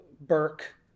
Burke